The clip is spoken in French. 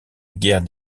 guerre